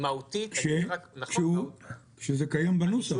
זה קיים בנוסח.